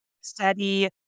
steady